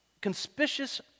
Conspicuous